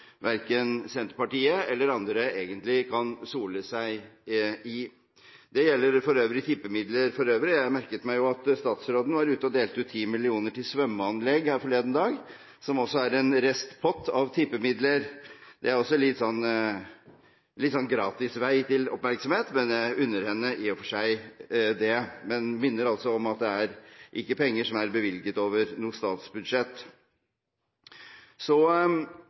verken Senterpartiet eller andre egentlig kan sole seg i. Det gjelder også tippemidler for øvrig. Jeg merket meg at statsråden var ute og delte ut 10 mill. kr til svømmeanlegg her forleden dag, som også er en restpott av tippemidler. Det er også en gratisvei til oppmerksomhet, men jeg unner henne i og for seg det, men minner om at det ikke er penger som er bevilget over noe statsbudsjett. Så